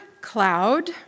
cloud